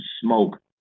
smoke